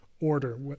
order